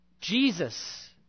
Jesus